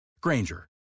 Granger